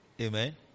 amen